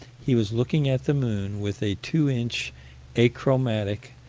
he was looking at the moon with a two inch achromatic,